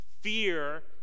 fear